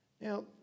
Now